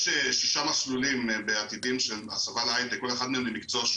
יש שישה מסלולים בעתידים שהם הסבה להייטק,